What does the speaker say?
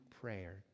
prayer